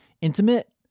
intimate